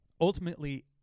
ultimately